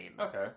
Okay